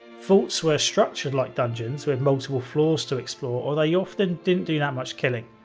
vaults were structured like dungeons, with multiple floors to explore, although you often didn't do that much killing.